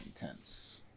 intense